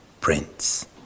Prince